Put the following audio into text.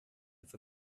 with